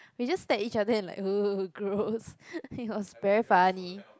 we just stared at each other and like gross it was very funny